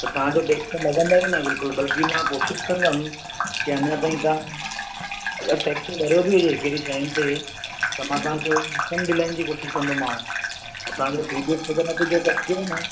तव्हां जो टेक्स त लॻंदव ई न बिल्कुलु बल्की मां कोशिश कंदमि के अञा ताईं तव्हां अगरि टेक्स भरियो बि हुजे कहिड़ी शयुनि ते त मां तव्हां खे कोशिश कंदमांव के तव्हां जो नतीजो